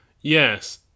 Yes